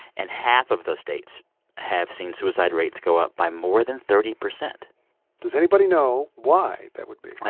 and half of those states have seen suicide rates go up by more than thirty percent does anybody know why that would be?